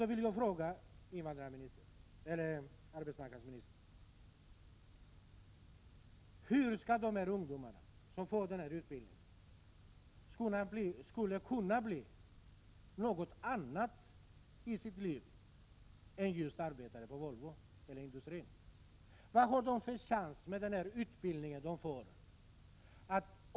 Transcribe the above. Jag vill fråga arbetsmarknadsministern: Hur skall de ungdomar som får denna utbildning kunna bli något annat i sitt liv än just arbetare på Volvo eller i industrin?